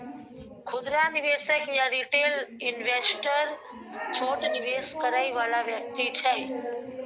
खुदरा निवेशक या रिटेल इन्वेस्टर छोट निवेश करइ वाला व्यक्ति छै